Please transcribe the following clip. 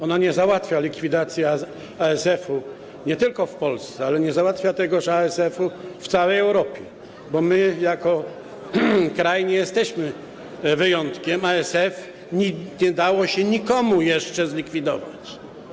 Ona nie załatwia kwestii likwidacji ASF-u nie tylko w Polsce, ale nie załatwia kwestii tegoż ASF-u w całej Europie, bo my jako kraj nie jesteśmy wyjątkiem, ASF-u nie udało się nikomu jeszcze zlikwidować.